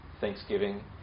thanksgiving